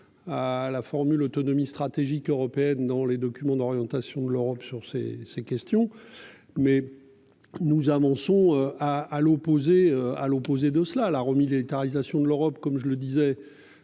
à la formule autonomie stratégique européenne dans les documents d'orientation de l'Europe, sur ces, ces questions mais. Nous avançons à à l'opposé, à l'opposé de cela la remilitarisation de l'Europe, comme je le disais.